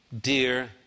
dear